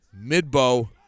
Midbow